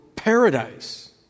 paradise